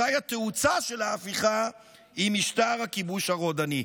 אזי התאוצה של ההפיכה היא משטר הכיבוש הרודני.